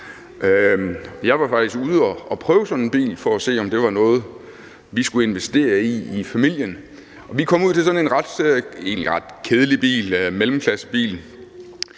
Jeg var faktisk ude at prøve sådan en bil for at se, om det var noget, vi skulle investere i i familien. Vi kom ud til sådan en egentlig ret kedelig bil, en mellemklassebil,